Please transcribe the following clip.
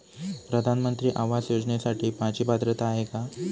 प्रधानमंत्री आवास योजनेसाठी माझी पात्रता आहे का?